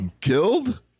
killed